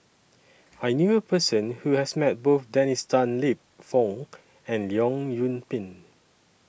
I knew A Person Who has Met Both Dennis Tan Lip Fong and Leong Yoon Pin